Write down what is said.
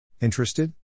Interested